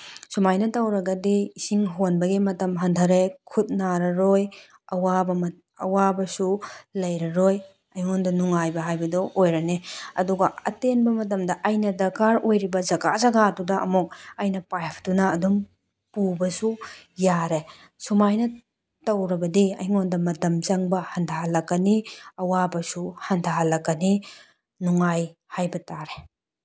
ꯁꯨꯃꯥꯏꯅ ꯇꯧꯔꯒꯗꯤ ꯏꯁꯤꯡ ꯍꯣꯟꯕꯒꯤ ꯃꯇꯝ ꯍꯟꯊꯔꯦ ꯈꯨꯠ ꯅꯥꯔꯔꯣꯏ ꯑꯋꯥꯕ ꯑꯋꯥꯕꯁꯨ ꯂꯩꯔꯔꯣꯏ ꯑꯩꯉꯣꯟꯗ ꯅꯨꯡꯉꯥꯏꯕ ꯍꯥꯏꯕꯗꯨ ꯑꯣꯏꯔꯅꯤ ꯑꯗꯨꯒ ꯑꯇꯦꯟꯕ ꯃꯇꯝꯗ ꯑꯩꯅ ꯗꯔꯀꯥꯔ ꯑꯣꯏꯔꯤꯕ ꯖꯒꯥ ꯖꯒꯥꯗꯨꯗ ꯑꯃꯨꯛ ꯑꯩꯅ ꯄꯥꯏꯞꯇꯨꯅ ꯑꯗꯨꯝ ꯄꯨꯕꯁꯨ ꯌꯥꯔꯦ ꯁꯨꯃꯥꯏꯅ ꯇꯧꯔꯕꯗꯤ ꯑꯩꯉꯣꯟꯗ ꯃꯇꯝ ꯆꯪꯕ ꯍꯟꯊꯍꯜꯂꯛꯀꯅꯤ ꯑꯋꯥꯕꯁꯨ ꯍꯟꯊꯍꯜꯂꯛꯀꯅꯤ ꯅꯨꯡꯉꯥꯏ ꯍꯥꯏꯕ ꯇꯥꯔꯦ